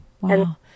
Wow